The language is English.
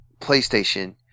PlayStation